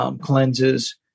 cleanses